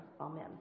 Amen